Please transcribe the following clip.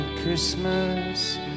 Christmas